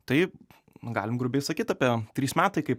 taip galime grubiai sakyti apie trys metai kaip